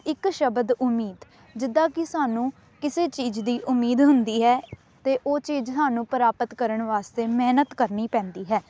ਇੱਕ ਸ਼ਬਦ ਉਮੀਦ ਜਿੱਦਾਂ ਕਿ ਸਾਨੂੰ ਕਿਸੇ ਚੀਜ਼ ਦੀ ਉਮੀਦ ਹੁੰਦੀ ਹੈ ਅਤੇ ਉਹ ਚੀਜ਼ ਸਾਨੂੰ ਪ੍ਰਾਪਤ ਕਰਨ ਵਾਸਤੇ ਮਿਹਨਤ ਕਰਨੀ ਪੈਂਦੀ ਹੈ